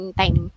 time